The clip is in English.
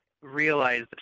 realize